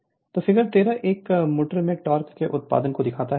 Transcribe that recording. Refer Slide Time 0114 तो figure 13 एक motor में टोक़ के उत्पादन को दिखाता है